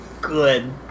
good